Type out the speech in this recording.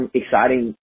exciting